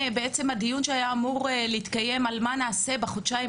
הדיון שהיה אמור להתקיים על מה נעשה בחודשיים